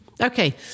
Okay